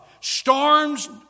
Storms